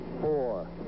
four